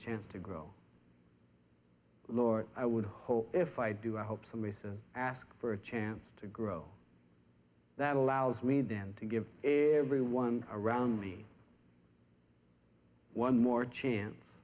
chance to grow lord i would hope if i do i hope someday soon ask for a chance to grow that allows me then to give everyone around me one more chance